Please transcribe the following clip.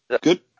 good